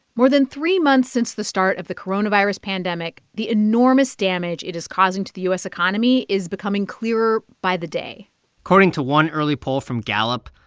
more than three months since the start of the coronavirus pandemic, the enormous damage it is causing to the u s. economy is becoming clearer by the day according to one early poll from gallup,